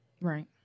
Right